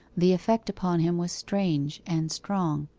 the effect upon him was strange and strong.